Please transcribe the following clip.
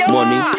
Money